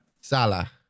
Salah